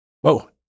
whoa